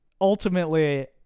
ultimately